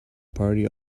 party